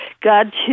God